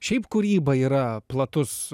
šiaip kūryba yra platus